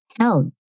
held